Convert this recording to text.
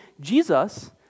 Jesus